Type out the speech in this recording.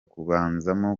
kubanzamo